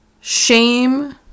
shame